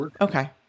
Okay